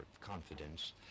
confidence